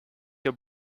your